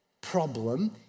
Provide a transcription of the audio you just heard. problem